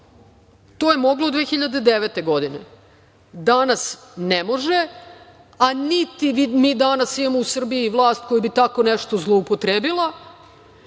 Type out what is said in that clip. To je moglo 2009. godine, danas ne može, a niti mi danas imamo u Srbiji vlast koja bi tako nešto zloupotrebila,